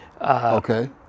okay